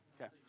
Okay